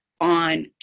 on